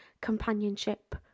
companionship